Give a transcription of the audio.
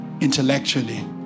Intellectually